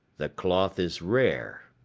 the cloth is rare,